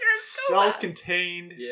Self-contained